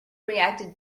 reacted